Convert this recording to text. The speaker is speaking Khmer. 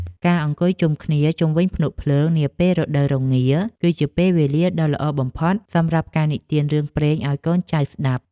ការអង្គុយជុំគ្នាជុំវិញភ្នក់ភ្លើងនាពេលរដូវរងារ គឺជាពេលវេលាដ៏ល្អបំផុតសម្រាប់ការនិទានរឿងព្រេងឱ្យកូនចៅស្ដាប់។